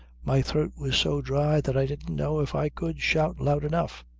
my throat was so dry that i didn't know if i could shout loud enough.